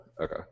Okay